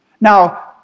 Now